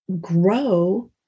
grow